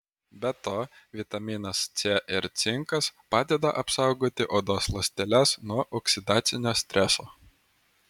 be to vitaminas c ir cinkas padeda apsaugoti odos ląsteles nuo oksidacinio streso